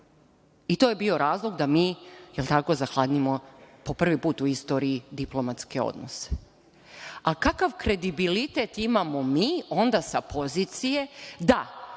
To je bio razlog da mi zahladnimo, po prvi put u istoriji diplomatske odnose. Kakav kredibilitet imamo mi, onda sa pozicije da